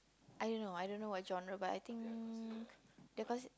I don't know I don't know what genre but I think they are considered